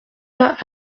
pas